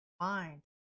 mind